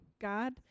God